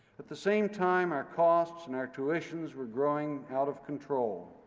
at the same time, our costs and our tuitions were growing out of control.